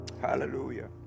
Hallelujah